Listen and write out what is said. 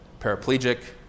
paraplegic